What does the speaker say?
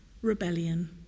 rebellion